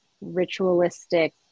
ritualistic